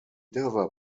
never